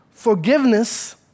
forgiveness